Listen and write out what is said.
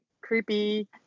creepy